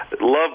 love